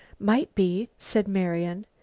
might be, said marian.